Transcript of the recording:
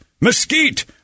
mesquite